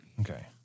Okay